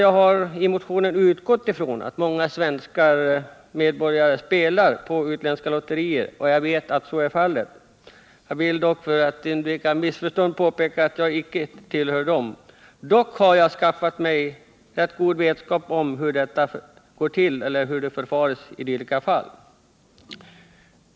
Jag har i motionen utgått från att många svenska medborgare spelar på utländska lotterier, och jag vet att så är fallet. För att undvika missförstånd vill jag påpeka att jag själv inte hör till dem som sysslar med sådant. Dock har jag skaffat mig god vetskap om hur det förfares i dylika fall.